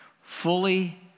fully